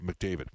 McDavid